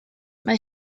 mae